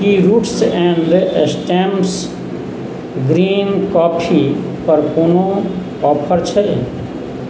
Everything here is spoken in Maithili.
Ki roots and stems green coffee पर कोनो ऑफर छै